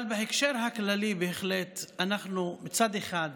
אבל בהקשר הכללי בהחלט, אנחנו מצד אחד,